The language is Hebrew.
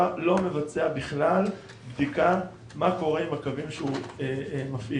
לא מבצע בכלל בדיקה מה קורה עם הקווים שהוא מפעיל.